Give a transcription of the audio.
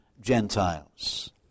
Gentiles